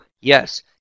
yes